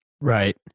Right